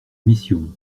mission